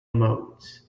modes